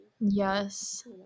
Yes